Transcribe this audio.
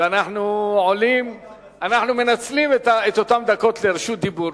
ואנחנו מנצלים את אותן דקות לרשות דיבור.